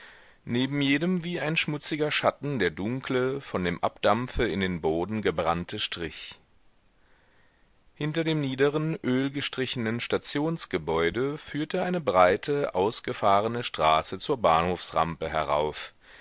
neben jedem wie ein schmutziger schatten der dunkle von dem abdampfe in den boden gebrannte strich hinter dem niederen ölgestrichenen stationsgebäude führte eine breite ausgefahrene straße zur bahnhofsrampe herauf